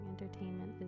Entertainment